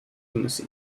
lunacy